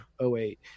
08